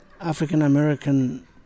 African-American